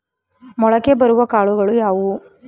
ಮೊಳಕೆ ಬರುವ ಕಾಳುಗಳು ಯಾವುವು?